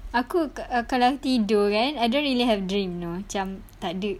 aku kalau tidur kan I don't really have dreams you know macam takde